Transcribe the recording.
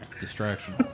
Distraction